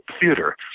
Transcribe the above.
theater